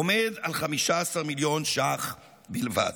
עומד על 15 מיליון ש"ח בלבד.